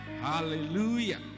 hallelujah